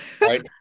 right